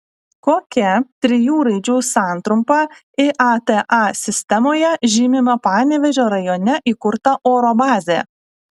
kokia trijų raidžių santrumpa iata sistemoje žymima panevėžio rajone įkurta oro bazė